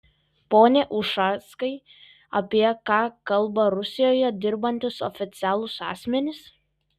pone ušackai apie ką kalba rusijoje dirbantys oficialūs asmenys